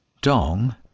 Dong